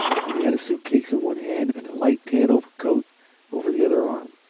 and he had a suit case in one hand and a light tan overcoat over the other arm,